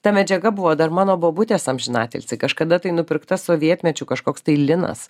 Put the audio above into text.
ta medžiaga buvo dar mano bobutės amžinatilsį kažkada tai nupirkta sovietmečiu kažkoks tai linas